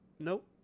nope